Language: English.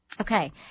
Okay